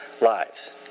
lives